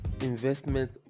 investment